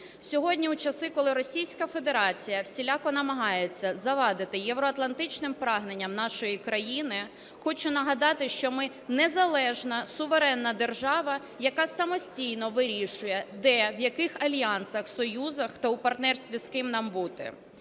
Сьогодні у часи, коли Російська Федерація всіляко намагається завадити євроатлантичним прагненням нашої країни, хочу нагадати, що ми, незалежна, суверенна держава, яка самостійно вирішує, де, в яких альянсах, союзах та у партнерстві з ким нам бути.